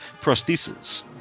prostheses